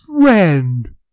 friend